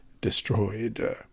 destroyed